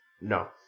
No